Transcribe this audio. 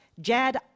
Jad